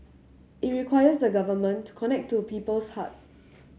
it requires the Government to connect to people's hearts